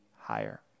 higher